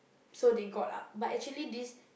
so they got up but actually this